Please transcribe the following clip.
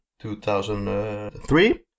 2003